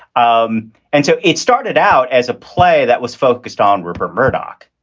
um and so it started out as a play that was focused on rupert murdoch.